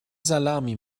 salami